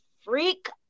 freak